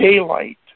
daylight